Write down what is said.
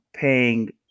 paying